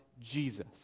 Jesus